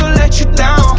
let you down,